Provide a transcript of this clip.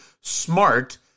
smart